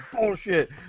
Bullshit